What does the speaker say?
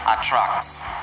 attracts